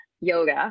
yoga